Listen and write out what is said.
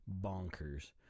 bonkers